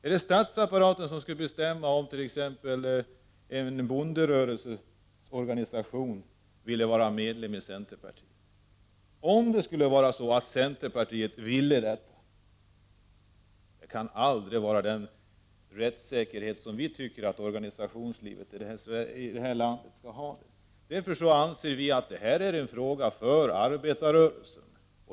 Är det alltså statsapparaten som skall bestämma om t.ex. en bondeorganisation skall få vara medlem i centerpartiet? Om man i centerpartiet skulle vilja ha det så, måste jag säga att det aldrig kan vara förenligt med den rättssäkerhet som vi tycker att organisationslivet i vårt land skall ha. Därför anser vi att det här är en fråga för arbetarrörelsen.